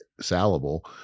salable